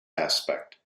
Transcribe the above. aspect